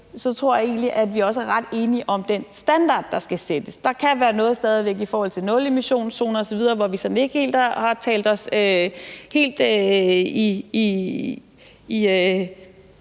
så tror jeg egentlig, at vi også er ret enige om den standard, der skal sættes. Der kan stadig væk være noget i forhold til nulemissionszoner osv., hvor vi sådan ikke helt har